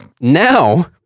Now